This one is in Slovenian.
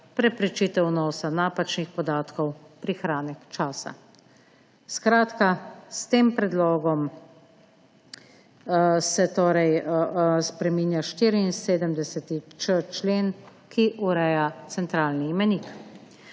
preprečitev vnosa napačnih podatkov, prihranek časa. S tem predlogom se torej spreminja 74.č člen, ki ureja centralni imenik.